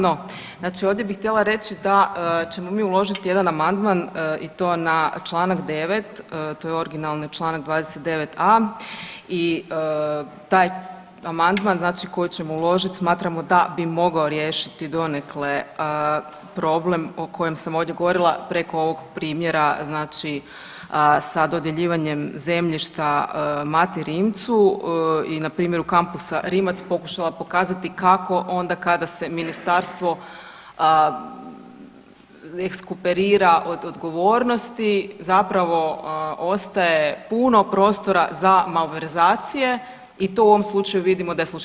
No ovdje bih htjela reći da ćemo mi uložiti jedan amandman i to na čl. 9. to je originalni čl. 29.a i taj amandman koji ćemo uložit smatramo da bi mogao riješiti donekle problem o kojem sam ovdje govorila preko ovog primjera sa dodjeljivanjem zemljišta Mati Rimcu i na primjeru kampusa Rimac pokušala pokazati kako onda kada se ministarstvo ex rekuperira od odgovornosti zapravo ostaje puno prostora za malverzacija i to u ovom slučaju vidimo da je slučaj.